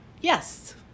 Yes